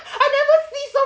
I never see so